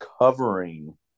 covering